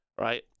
right